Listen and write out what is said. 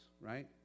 right